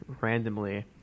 randomly